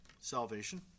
salvation